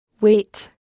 Wait